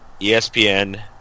ESPN